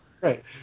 Right